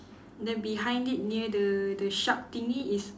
then behind it near the the shark thingy is